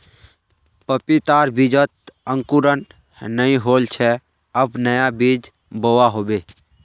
पपीतार बीजत अंकुरण नइ होल छे अब नया बीज बोवा होबे